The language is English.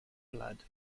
blood